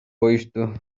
коюшту